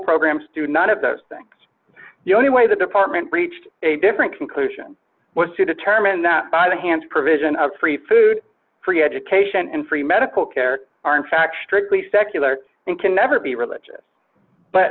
programs do none of those things the only way the department reached a different conclusion was to determine that by the hands provision of free food free education and free medical care are in fact strictly secular and can never be religious but